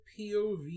POV